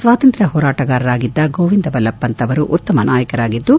ಸ್ನಾತಂತ್ರ್ಯ ಹೋರಾಟಗಾರರಾಗಿದ್ಲ ಗೋವಿಂದ್ ವಲ್ಲಭ ಪಂತ್ ಅವರು ಉತ್ತಮ ನಾಯಕರಾಗಿದ್ಲು